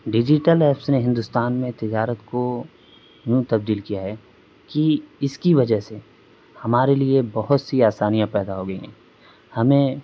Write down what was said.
digital apps نے ہندوستان میں تجارت کو یوں تبدیل کیا ہے کہ اس کی وجہ سے ہمارے لیے بہت سی آسانیاں پیدا ہو گئی ہیں ہمیں